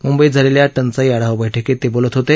मुंबईत झालेल्या टंचाई आढावा बैठकीत ते बोलत होते